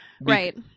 Right